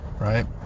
right